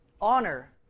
honor